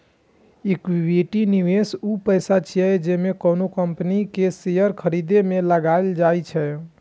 equity निवेश ऊ पैसा छियै, जे कोनो कंपनी के शेयर खरीदे मे लगाएल जाइ छै